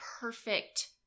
perfect